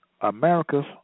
Americas